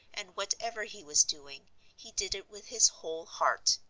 and whatever he was doing he did it with his whole heart.